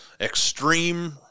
extreme